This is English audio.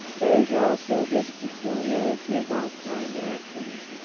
there is also this peculiarity about kind actions,